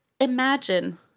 Imagine